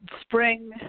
spring